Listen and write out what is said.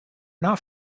not